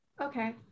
Okay